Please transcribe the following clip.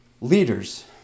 leaders